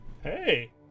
Hey